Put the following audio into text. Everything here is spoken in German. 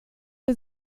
wir